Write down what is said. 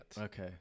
Okay